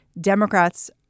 Democrats